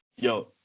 Yo